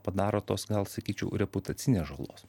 padaro tos gal sakyčiau reputacinės žalos